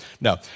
No